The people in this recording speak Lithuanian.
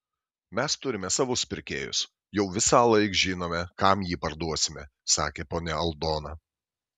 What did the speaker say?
mes turime savus pirkėjus jau visąlaik žinome kam jį parduosime sakė ponia aldona